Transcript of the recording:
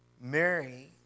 Mary